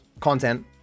content